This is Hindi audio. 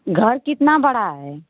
घर कितना बड़ा है